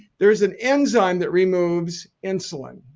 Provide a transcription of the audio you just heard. there's an enzyme that removes insulin.